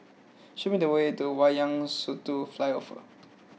show me the way to Wayang Satu Flyover